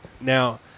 Now